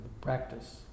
practice